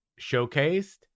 showcased